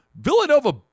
Villanova